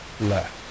left